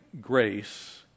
grace